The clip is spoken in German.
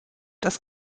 das